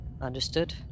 Understood